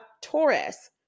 Taurus